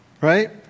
Right